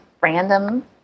random